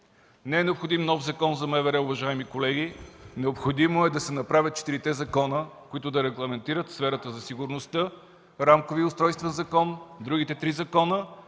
Не е необходим нов Закон за МВР, уважаеми колеги. Необходимо е да се направят четирите закона, които да регламентират сферата за сигурността, рамковия устройствен закон, другите три закона